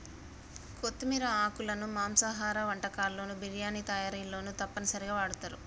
కొత్తిమీర ఆకులను మాంసాహార వంటకాల్లోను బిర్యానీ తయారీలోనూ తప్పనిసరిగా వాడుతారు